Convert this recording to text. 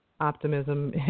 optimism